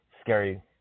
scary